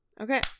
Okay